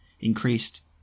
increased